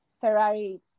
Ferrari